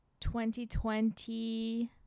2020